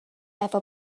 efo